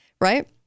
right